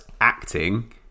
acting